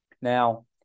Now